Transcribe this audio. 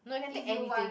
no you can take anything